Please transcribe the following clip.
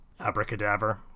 Abracadaver